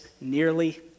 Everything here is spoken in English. nearly